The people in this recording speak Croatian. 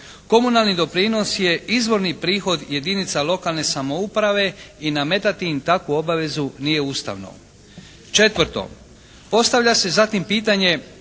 Komunalni doprinos je izvorni prihod jedinica lokalne samouprave i nametati im takvu obavezu nije ustavno. Četvrto, postavlja se zatim pitanje